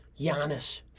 Giannis